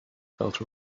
felt